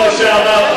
השר לשעבר,